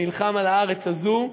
שנלחם על הארץ הזו,